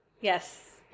yes